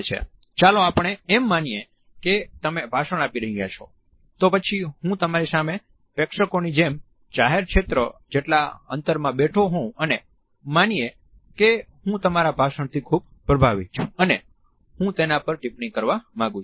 ચાલો આપણે એમ માનીએ કે તમે ભાષણ આપી રહ્યા છો તો પછી હું તમારી સામે પ્રેક્ષકોની જેમ જાહેર ક્ષેત્ર જેટલા અંતરમાં બેઠો હોવ અને માનીએ કે હું તમારા ભાષણથી ખૂબ પ્રભાવિત છું અને હું તેના પર ટિપ્પણી કરવા માંગું છું